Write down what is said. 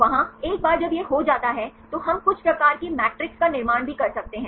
वहाँ एक बार जब यह हो जाता है तो हम कुछ प्रकार के मेट्रिसेस का निर्माण भी कर सकते हैं